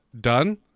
done